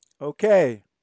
Okay